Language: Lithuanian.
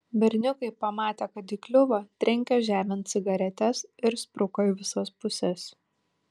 berniukai pamatę kad įkliuvo trenkė žemėn cigaretes ir spruko į visas puses